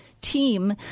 Team